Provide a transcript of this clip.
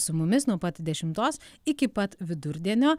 su mumis nuo pat dešimtos iki pat vidurdienio